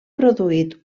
produït